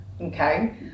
okay